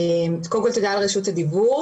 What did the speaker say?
קודם כל תודה על רשות הדיבור.